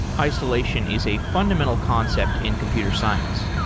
isolation is a fundamental concept in computer science.